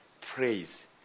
praise